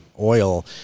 oil